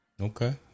Okay